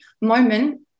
moment